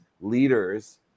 leaders